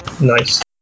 Nice